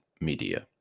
Media